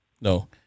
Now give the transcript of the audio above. No